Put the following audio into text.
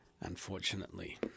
Unfortunately